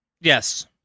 Yes